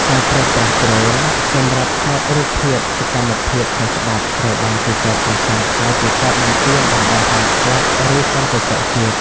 ការប្រើប្រាស់ដ្រូន សម្រាប់ថតរូបភាពសកម្មភាពខុសច្បាប់ ត្រូវបានគេចោទប្រកាន់ថាជាការបំពានតំបន់ហាមឃាត់ ឬសន្តិសុខជាតិ។